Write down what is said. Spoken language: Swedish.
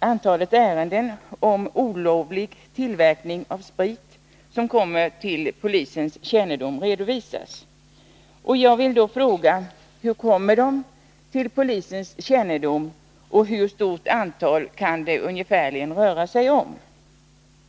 antalet ärenden om olovlig tillverkning av sprit som kommer till polisens kännedom redovisas. Jag vill då fråga: Hur kommer de till polisens kännedom och hur stort antal kan det ungefärligen röra sig om?